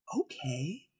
okay